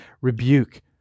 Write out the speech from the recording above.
rebuke